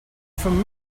from